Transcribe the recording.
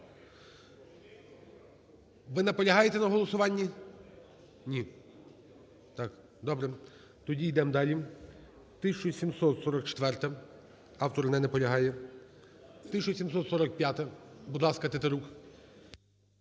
Ви наполягаєте на голосуванні? Ні. Так, добре, тоді йдемо далі. 1744-а. Автор не наполягає. 1745-а. Будь ласка, Тетерук